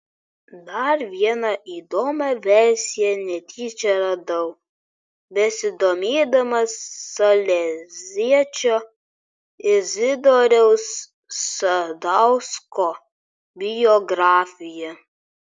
dar vieną įdomią versiją netyčia radau besidomėdamas saleziečio izidoriaus sadausko biografija